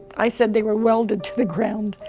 i said they were welded to the ground.